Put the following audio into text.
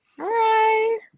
Hi